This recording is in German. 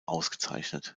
ausgezeichnet